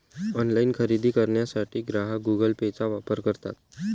online खरेदी करण्यासाठी ग्राहक गुगल पेचा वापर करतात